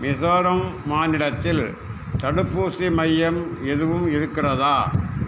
மிசோரம் மாநிலத்தில் தடுப்பூசி மையம் எதுவும் இருக்கிறதா